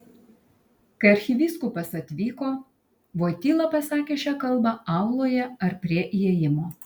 kai arkivyskupas atvyko voityla pasakė šią kalbą auloje ar prie įėjimo